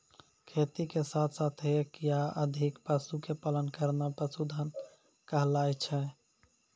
खेती के साथॅ साथॅ एक या अधिक पशु के पालन करना पशुधन कहलाय छै